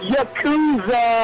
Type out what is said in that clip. Yakuza